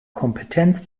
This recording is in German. kompetenz